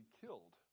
killed